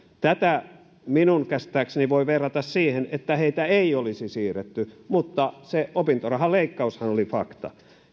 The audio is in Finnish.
tätä minun käsittääkseni voi verrata siihen että heitä ei olisi siirretty mutta se opintorahan leikkaushan oli fakta